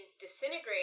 disintegrate